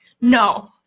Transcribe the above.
No